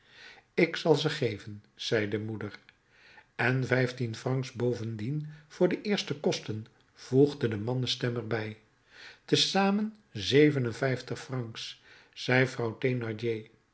ik zal ze geven zei de moeder en vijftien francs bovendien voor de eerste kosten voegde de mannenstem er bij te zamen zeven en vijftig francs zei vrouw